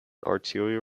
arterial